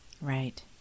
Right